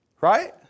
right